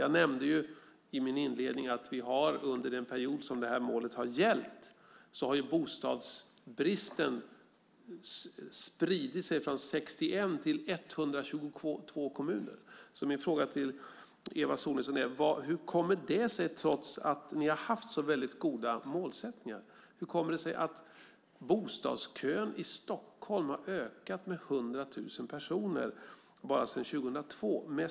Jag nämnde i min inledning att under den period som målet har gällt har bostadsbristen spridit sig från 61 till 122 kommuner. Hur kommer det sig, Eva Sonidsson, trots att ni har haft så goda målsättningar, att bostadskön i Stockholm har ökat med 100 000 personer sedan 2002?